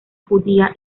judía